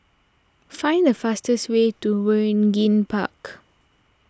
find the fastest way to Waringin Park